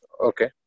Okay